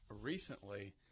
recently